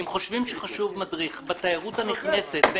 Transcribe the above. אם חושבים שחשוב מדריך בתיירות הנכנסת,